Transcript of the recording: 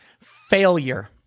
failure